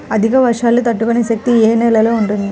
అధిక వర్షాలు తట్టుకునే శక్తి ఏ నేలలో ఉంటుంది?